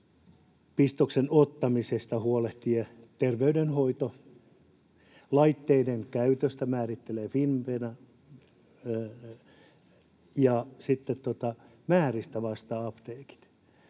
pistoksen ottamisesta huolehtii terveydenhoito, laitteiden käytön määrittelee Fimea, ja sitten määristä vastaavat apteekit.